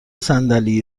صندلی